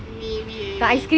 maybe maybe